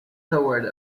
towards